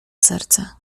serce